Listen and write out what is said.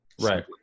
right